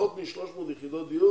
פחות מ-300 יחידות דיור